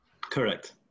Correct